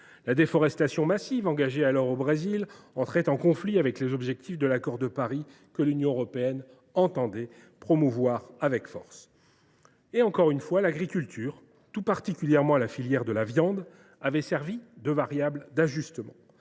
La déforestation massive alors engagée au Brésil entrait en conflit avec les objectifs de l’accord de Paris, que l’Union européenne entendait promouvoir avec force. Surtout, encore une fois, l’agriculture, tout particulièrement la filière de la viande, avait servi de variable d’ajustement.